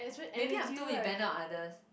maybe I'm too dependent on others